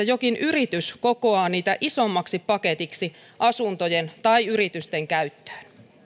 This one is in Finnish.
jokin yritys kokoaa niitä isommaksi paketiksi asuntojen tai yritysten käyttöön